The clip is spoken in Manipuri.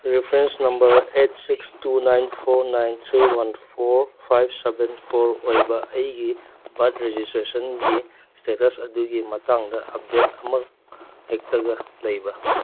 reference number eight six two nine four nine three one four five seven four ꯑꯣꯏꯕ ꯑꯩꯒꯤ ꯕꯔꯠ ꯔꯦꯖꯤꯁꯇ꯭ꯔꯦꯁꯟꯒꯤ ꯏꯁꯇꯦꯇꯁ ꯑꯗꯨꯒꯤ ꯃꯇꯥꯡꯗ ꯑꯞꯗꯦꯠ ꯑꯃ ꯍꯦꯛꯇꯒ ꯂꯩꯕ꯭ꯔꯥ